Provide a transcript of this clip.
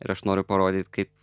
ir aš noriu parodyt kaip